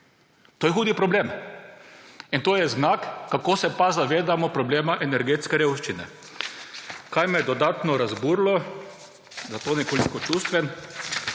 To je hud problem in to je znak, kako se pa zavedamo problema energetske revščine. Kaj me je dodatno razburilo, sem zato nekoliko čustven,